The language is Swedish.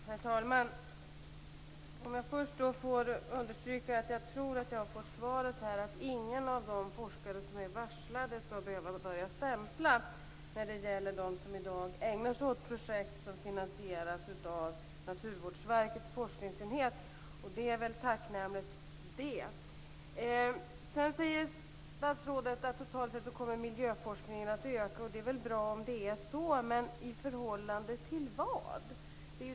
Herr talman! Jag vill först konstatera att jag tror att jag här har fått svaret att ingen av de forskare som är varslade skall behöva börja stämpla när det gäller dem som i dag ägnar sig åt projekt som i dag finansieras av Naturvårdsverkets forskningsenhet, och det är väl tacknämligt. Sedan säger statsrådet att miljöforskningen kommer att öka totalt sett, och det är väl bra om det är så. Men i förhållande till vad?